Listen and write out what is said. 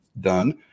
done